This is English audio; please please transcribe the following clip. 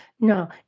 no